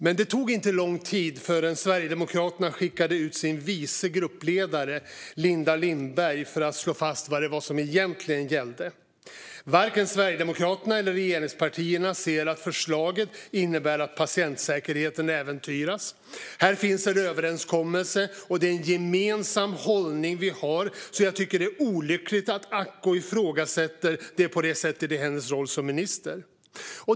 Men det tog inte lång tid förrän Sverigedemokraterna skickade ut sin vice gruppledare Linda Lindberg för att slå fast vad som egentligen gällde: Hon hävdade att varken Sverigedemokraterna eller regeringspartierna anser att förslaget innebär att patientsäkerheten äventyras. Här finns en överenskommelse, och det är en gemensam hållning. Hon tycker att det är olyckligt att Acko ifrågasätter detta i sin roll som minister.